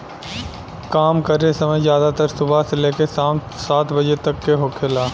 काम करे समय ज्यादातर सुबह से लेके साम सात बजे तक के होखेला